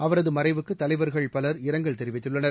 அவரது மறைவுக்கு தலைவர்கள் பலர் இரங்கல் தெரிவித்துள்ளனர்